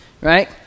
Right